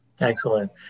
Excellent